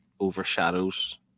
overshadows